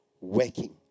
working